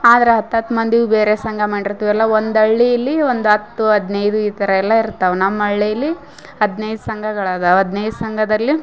ಆದರ ಹತ್ತು ಹತ್ತು ಮಂದಿಯು ಬೇರೆ ಸಂಘ ಮಾಡಿರ್ತೀವಲ್ಲ ಒಂದು ಹಳ್ಳೀಲಿ ಒಂದು ಹತ್ತು ಹದಿನೈದು ಈ ಥರ ಎಲ್ಲ ಇರ್ತವೆ ನಮ್ಮ ಹಳ್ಳೀಲಿ ಹದಿನೈದು ಸಂಘಗಳದಾವು ಹದಿನೈದು ಸಂಘದಲ್ಲಿ